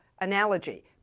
analogy